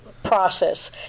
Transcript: Process